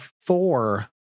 four